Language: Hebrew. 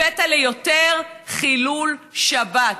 הבאת ליותר חילול שבת.